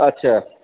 अच्छा